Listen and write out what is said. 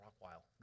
Rockwell